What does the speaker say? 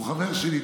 הוא חבר שלי,